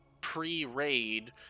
pre-raid